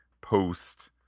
post